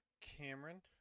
Cameron